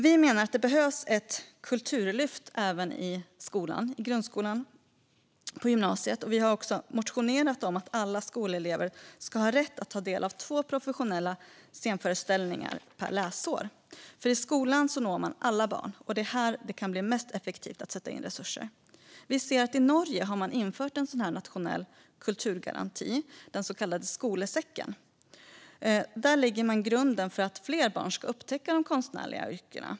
Vi menar att det behövs ett kulturlyft även i grundskolan och på gymnasiet. Vi har också motionerat om att alla skolelever ska ha rätt att ta del av två professionella scenföreställningar per läsår, för i skolan når man alla barn, och det är där det kan bli mest effektivt att sätta in resurser. I Norge har man infört en nationell kulturgaranti, den så kallade Skolesekken, som lägger grunden för att fler barn ska upptäcka de konstnärliga yrkena.